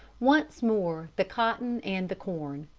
once more the cotton and the corn.